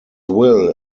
will